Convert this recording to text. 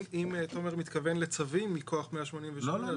אם תומר מתכוון לצווים מכוח 188,